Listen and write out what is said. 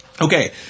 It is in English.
Okay